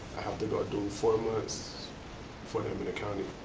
i have to go four months for them in the county.